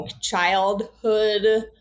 childhood